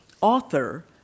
author